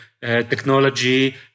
technology